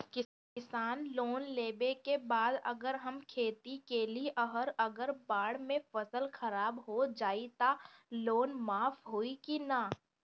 किसान लोन लेबे के बाद अगर हम खेती कैलि अउर अगर बाढ़ मे फसल खराब हो जाई त लोन माफ होई कि न?